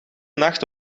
nacht